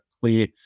clear